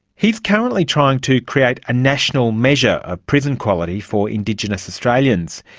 he is currently trying to create a national measure of prison quality for indigenous australians.